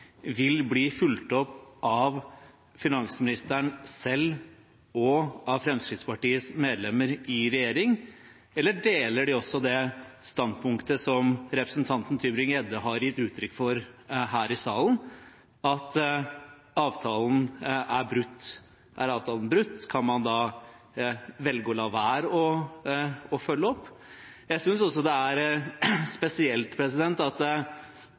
vil bli fulgt opp av finansministeren selv og av Fremskrittspartiets medlemmer i regjering, eller deler de også det standpunktet som representanten Tybring-Gjedde har gitt uttrykk for her i salen, at avtalen er brutt? Er avtalen brutt? Kan man da velge å la være å følge opp? Og ingen nedvurdering av Hans Olav Syversen, men jeg synes også det er spesielt at